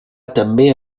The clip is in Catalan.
també